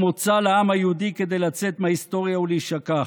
או מוצא לעם היהודי כדי לצאת מההיסטוריה ולהישכח.